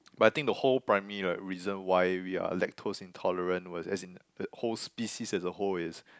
but I think the whole primary like reason why we are lactose intolerant as in the whole species as a whole is